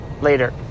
later